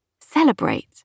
celebrate